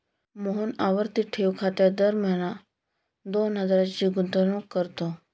मोहन आवर्ती ठेव खात्यात दरमहा दोन हजारांची गुंतवणूक करतो